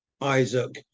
Isaac